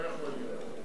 לא יכול להיות.